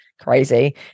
crazy